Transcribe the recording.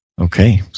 Okay